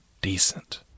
Decent